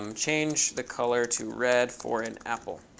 um change the color to red for an apple.